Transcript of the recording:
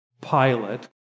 Pilate